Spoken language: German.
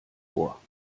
vor